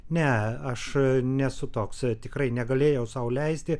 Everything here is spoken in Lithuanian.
ne aš nesu toks tikrai negalėjau sau leisti